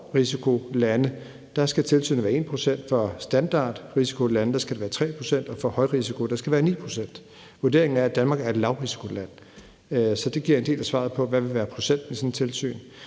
skal tilsynet være på 1 pct., for standardrisikolande skal det være på 3 pct., og for højrisikolande skal det være på 9 pct. Vurderingen er, at Danmark er et lavrisikoland, så det giver en del af svaret på, hvad der vil være procenten for et sådant tilsyn.